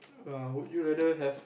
err would you rather have